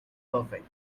perfect